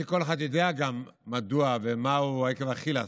שכל אחד יודע גם מדוע ומהו עקב אכילס,